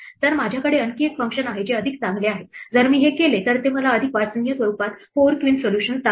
तर माझ्याकडे आणखी एक फंक्शन आहे जे अधिक चांगले आहे जर मी हे केले तर ते मला अधिक वाचनीय स्वरूपात 4 क्वीन सोल्यूशन दाखवते